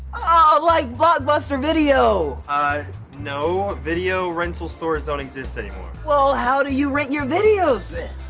like blockbuster video. ah, no. video rental stores don't exist anymore. well, how do you rent your videos